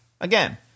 again